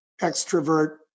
extrovert